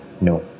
No